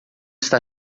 está